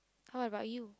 how about you